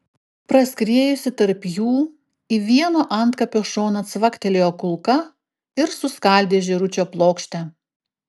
praskriejusi tarp jų į vieno antkapio šoną cvaktelėjo kulka ir suskaldė žėručio plokštę